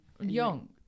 Young